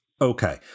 okay